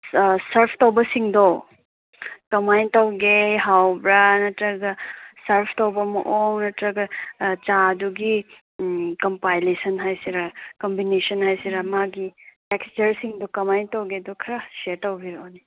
surf ꯇꯧꯕꯁꯤꯡꯗꯣ ꯀꯃꯥꯏꯅ ꯇꯧꯕꯒꯦ ꯍꯥꯎꯕ꯭ꯔꯥ ꯅꯠꯇꯔꯒ ꯁꯔꯐ ꯇꯧꯕ ꯃꯑꯣꯡ ꯅꯠꯇꯔꯒ ꯆꯥꯗꯨꯒꯤ ꯀꯝꯄꯥꯏꯜꯂꯦꯁꯟ ꯍꯥꯏꯁꯤꯔꯥ ꯀꯝꯕꯤꯅꯦꯁꯟ ꯍꯥꯏꯁꯤꯔꯥ ꯃꯥꯒꯤ ꯇꯦꯛꯁꯆꯔꯁꯤꯡꯗꯣ ꯀꯃꯥꯏꯅ ꯇꯧꯕꯒꯦꯗꯣ ꯈꯔꯥ ꯁꯦꯌꯥꯔ ꯇꯧꯕꯤꯔꯛꯑꯣ